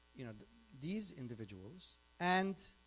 you know these individuals and